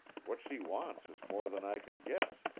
what she wants is more than i can guess,